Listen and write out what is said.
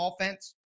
offense